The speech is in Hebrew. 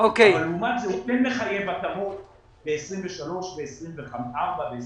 אבל לעומת זאת הוא כן מחייב התאמות ב-2023 וב-2024 וב-2025,